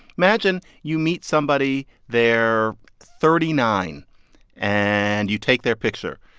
imagine you meet somebody, they're thirty nine and you take their picture.